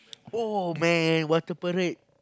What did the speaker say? oh man water parade